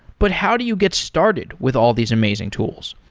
but how do you get started with all these amazing tools?